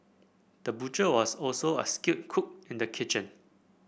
the butcher was also a skilled cook in the kitchen